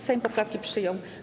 Sejm poprawki przyjął.